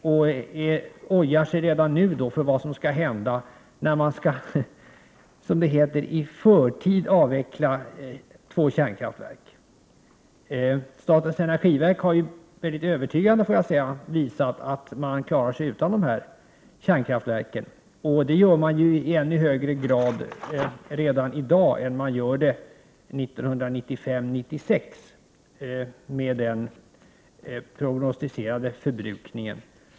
Man ojar sig redan nu över vad som skall hända när vi skall, som det heter, i förtid avveckla två kärnkraftverk. Statens energiverk har, det måste jag nog säga, på ett väldigt övertygande sätt visat att man klarar sig utan kärnkraftverken. Det gäller i ännu högre grad redan i dag än 1995-1996, om man ser till den prognosticerade förbrukningen.